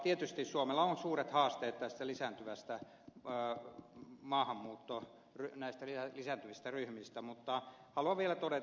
tietysti suomella on suuri haaste että lisääntyvästä päätellen suuret haasteet näistä lisääntyvistä ryhmistä mutta haluan vielä todeta sen että ed